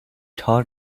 taught